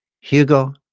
Hugo